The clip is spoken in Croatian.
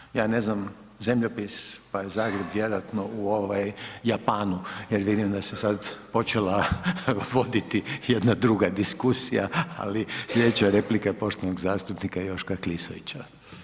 Očito ja ne znam zemljopis, pa je Zagreb vjerovatno u Japanu jer vidim da se sad počela voditi jedna druga diskusija ali slijedeća replika je poštovanog zastupnika Joška Klisovića.